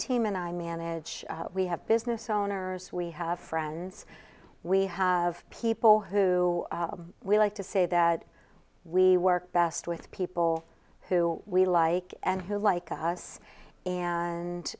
team and i manage we have business owners we have friends we have people who we like to say that we work best with people who we like and who like us and